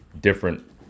different